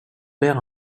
perd